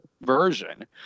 version